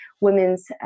women's